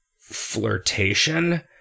flirtation